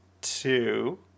Two